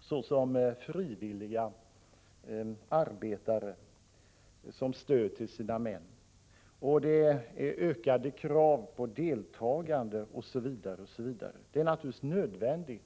såsom frivilliga arbetare till stöd för sina män. Det ställs ökade krav på deltagande osv. Det är naturligtvis nödvändigt med en ändring.